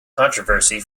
controversy